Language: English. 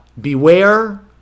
Beware